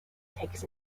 takes